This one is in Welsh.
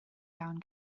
iawn